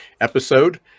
episode